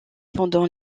pendant